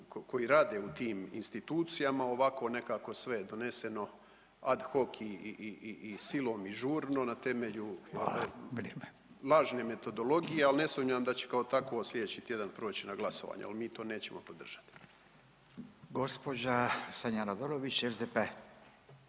koji rade u tim institucijama. Ovako nekako sve je doneseno ad hoc i silom i žurno na temelju lažne metodologije, ali ne sumnjam da će kao takvo sljedeći tjedan proći na glasovanju jer mi to nećemo podržati. **Radin, Furio